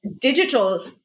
digital